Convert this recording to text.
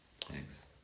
Thanks